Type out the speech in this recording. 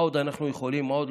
מה עוד לא עשינו,